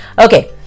Okay